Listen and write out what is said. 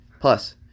Plus